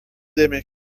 demek